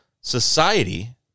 society